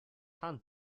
hand